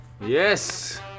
Yes